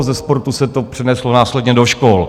Ze sportu se to přeneslo následně do škol.